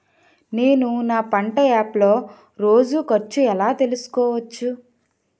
నేను నా పంట యాప్ లో రోజు ఖర్చు ఎలా తెల్సుకోవచ్చు?